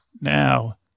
Now